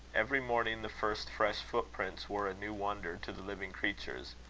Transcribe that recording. every morning, the first fresh footprints were a new wonder to the living creatures,